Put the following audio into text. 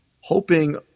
Hoping